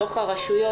בתוך הרשויות,